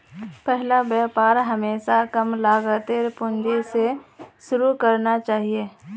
पहला व्यापार हमेशा कम लागतेर पूंजी स शुरू करना चाहिए